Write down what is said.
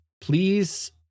please